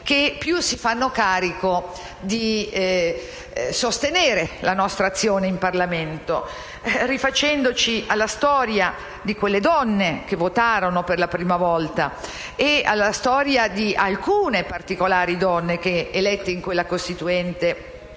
che più si fanno carico di sostenere l'azione in Parlamento, rifacendosi alla storia di quelle donne che votarono per la prima volta e alla storia di alcune particolari donne che, elette in Assemblea costituente,